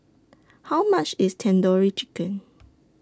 How much IS Tandoori Chicken